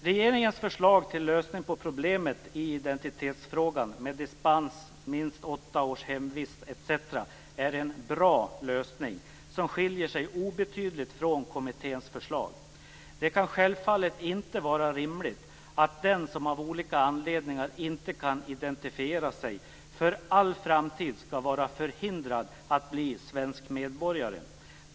Regeringens förslag till lösning på problemet i identitetsfrågan med dispens, minst åtta års hemvist osv., är en bra lösning som skiljer sig obetydligt från kommitténs förslag. Det kan självfallet inte vara rimligt att den som av olika anledningar inte kan identifiera sig för all framtid skall vara förhindrad att bli svensk medborgare.